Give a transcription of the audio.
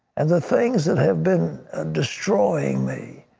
and the things that have been destroying me.